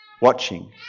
watching